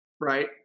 Right